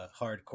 hardcore